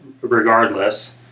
regardless